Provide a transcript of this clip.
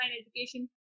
education